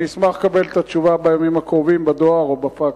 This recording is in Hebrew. אני אשמח לקבל את התשובה בימים הקרובים בדואר או בפקס.